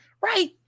Right